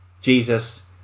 Jesus